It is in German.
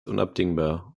unabdingbar